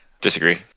Disagree